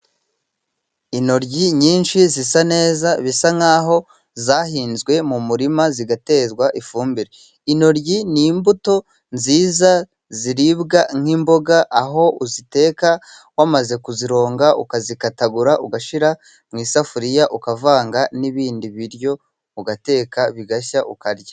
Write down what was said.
Intoryi nyinshi zisa neza bisa nkaho zahinzwe mu murima zigatezwa ifumbire, intoryi ni imbuto nziza ziribwa nk'imboga, aho uziteka wamaze kuzironga ukazikatagura, ugashyira mu isafuriya ukavanga n'ibindi biryo, ugateka bigashya ukarya.